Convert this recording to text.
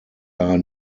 are